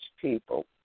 people